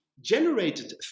generated